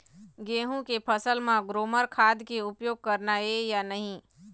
गेहूं के फसल म ग्रोमर खाद के उपयोग करना ये या नहीं?